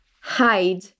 hide